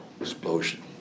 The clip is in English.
explosion